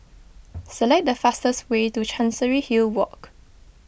select the fastest way to Chancery Hill Walk